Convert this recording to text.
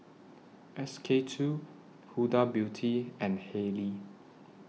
S K two Huda Beauty and Haylee